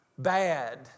bad